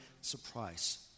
surprise